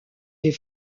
des